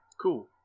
cool